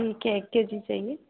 ठीक है एक के जी चाहिए